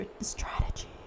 strategy